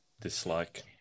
Dislike